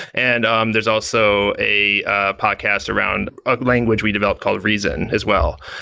and um there's also a podcast around a language we developed called reason as well.